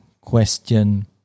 question